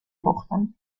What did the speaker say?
پختم